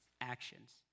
actions